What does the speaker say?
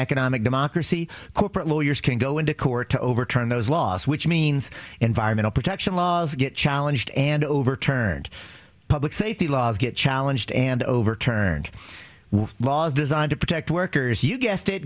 economic democracy corporate lawyers can go into court to overturn those laws which means environmental protection laws get challenged and overturned public safety laws get challenged and overturned laws designed to protect workers you guessed it